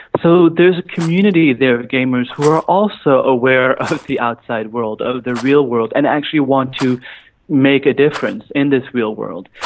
so there's a community there of gamers who are also aware of the outside world, of the real world, and actually want to make a difference in this real world.